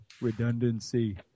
redundancy